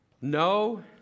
No